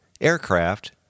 aircraft